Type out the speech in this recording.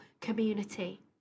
community